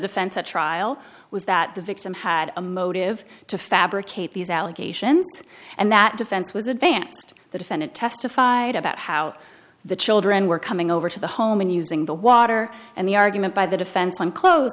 defense at trial was that the victim had a motive to fabricate these allegations and that defense was advanced the defendant testified about how the children were coming over to the home and using the water and the argument by the defense on clo